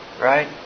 right